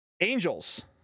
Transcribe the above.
Angels